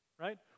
right